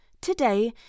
today